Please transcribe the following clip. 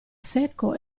secco